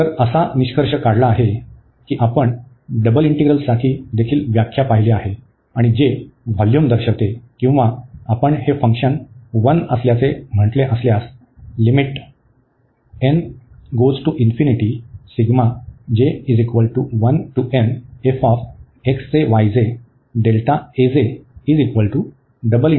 तर असा निष्कर्ष काढला आहे की आपण डबल इंटीग्रलसाठी देखील व्याख्या पाहिली आहे आणि जे व्होल्यूम दर्शवते किंवा आपण हे फंक्शन 1 असल्याचे म्हटले असल्यास